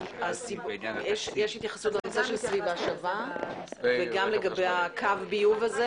יש התייחסות לנושא של סביבה שווה וגם לגבי קו ביוב.